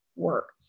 work